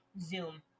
Zoom